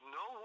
no